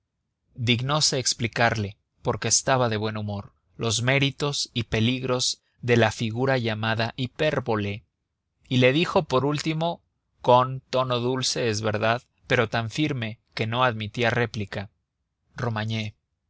palabras sinónimas dignose explicarle porque estaba de buen humor los méritos y peligros de la figura llamada hipérbole y le dijo por último con tono dulce es verdad pero tan firme que no admitía réplica